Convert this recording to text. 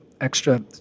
extra